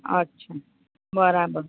અચ્છા બરાબર